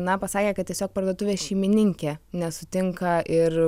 na pasakė kad tiesiog parduotuvės šeimininkė nesutinka ir